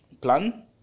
plan